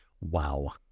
Wow